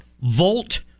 Volt